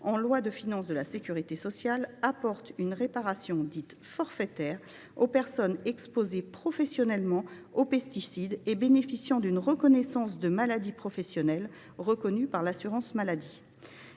la loi de financement de la sécurité sociale pour 2020, apporte une réparation forfaitaire aux personnes exposées professionnellement aux pesticides et bénéficiant d’une reconnaissance de maladie professionnelle reconnue par l’assurance maladie.